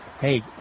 hey